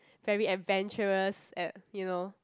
very adventurous at you know